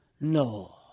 No